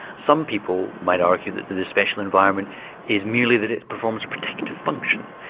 some people might argue that this special environment is merely that it performs protective function,